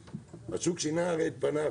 שהשוק הרי שינה את פניו,